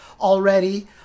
already